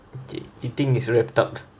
okay eating is wrapped up